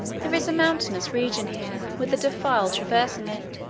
there is a mountainous region here, with a defile traversing it,